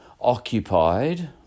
occupied